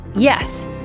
Yes